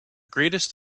greatest